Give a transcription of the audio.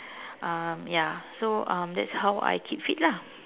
um ya so um that's how I keep fit lah